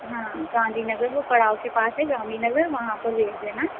हाँ गांधीनगर वो पड़ाव के पास है गांधीनगर वहाँ पर भेज देना